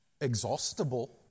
exhaustible